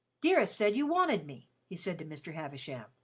dearest said you wanted me, he said to mr. havisham.